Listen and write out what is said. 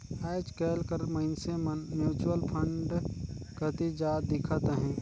आएज काएल कर मइनसे मन म्युचुअल फंड कती जात दिखत अहें